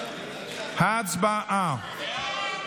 בהתאם לסעיף